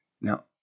Now